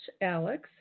Alex